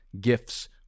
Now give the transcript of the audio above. gifts